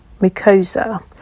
mucosa